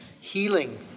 healing